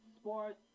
sports